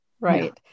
right